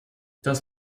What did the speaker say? das